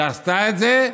היא עשתה את זה,